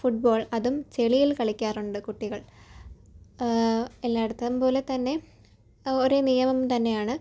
football അതും ചെളിയിൽ കളിക്കാറുണ്ട് കുട്ടികൾ എല്ലായിടത്തെയും പോലെ തന്നെ ഒരേ നിയമം തന്നെയാണ്